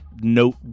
note